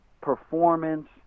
performance